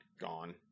gone